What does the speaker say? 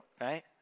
right